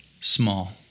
small